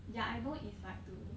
yeah I know it's like to